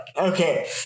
okay